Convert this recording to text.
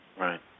Right